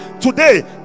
Today